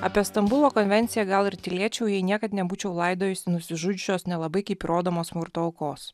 apie stambulo konvenciją gal ir tylėčiau jei niekad nebūčiau laidojusi nusižudžiusios nelabai kaip rodomos smurto aukos